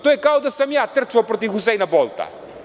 To je kao da sam ja trčao protiv Huseina Bolta.